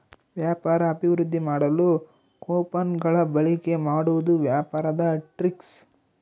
ವ್ಯಾಪಾರ ಅಭಿವೃದ್ದಿ ಮಾಡಲು ಕೊಪನ್ ಗಳ ಬಳಿಕೆ ಮಾಡುವುದು ವ್ಯಾಪಾರದ ಟ್ರಿಕ್ಸ್